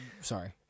sorry